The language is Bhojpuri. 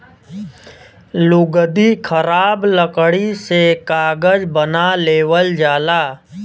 लुगदी खराब लकड़ी से कागज बना लेवल जाला